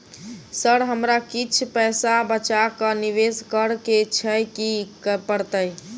Sir हमरा किछ पैसा बचा कऽ निवेश करऽ केँ छैय की करऽ परतै?